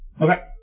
Okay